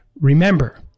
Remember